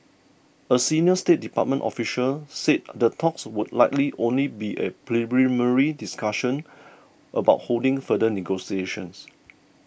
a senior State Department official said the talks would likely only be a preliminary discussion about holding future negotiations